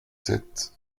sept